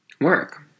work